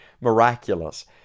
miraculous